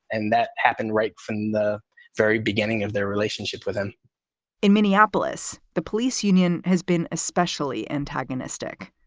and that happened right from the very beginning of their relationship with him in minneapolis, the police union has been especially antagonistic.